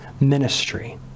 ministry